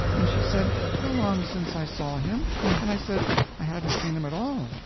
and she said how long since i saw him and i said i hadn't seen him at all,